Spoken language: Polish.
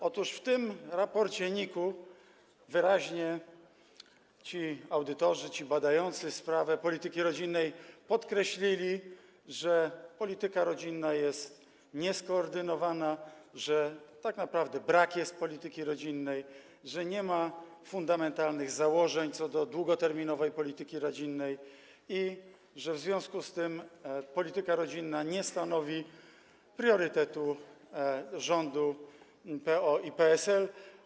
Otóż w tym raporcie NIK-u wyraźnie ci audytorzy, ci badający sprawę polityki rodzinnej podkreślili, że polityka rodzinna jest nieskoordynowana, że tak naprawdę brak jest polityki rodzinnej, że nie ma fundamentalnych założeń co do długoterminowej polityki rodzinnej i że w związku z tym polityka rodzinna nie stanowi priorytetu rządu PO i PSL.